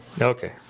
Okay